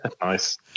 nice